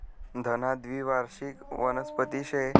धना द्वीवार्षिक वनस्पती शे